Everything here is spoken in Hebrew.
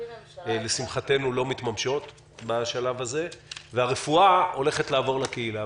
לשמחתנו לא מתממשות בשלב הזה והרפואה הולכת לעבור לקהילה.